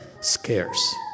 scarce